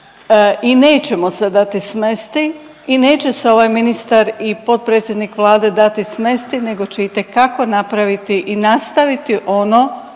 i nećemo se dati smesti i neće se ovaj ministar i potpredsjednik Vlade dati smesti nego će itekako napraviti i nastaviti ono